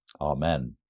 Amen